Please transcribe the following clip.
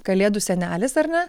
kalėdų senelis ar ne